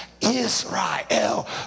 Israel